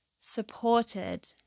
supported